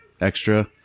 extra